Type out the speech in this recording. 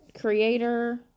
creator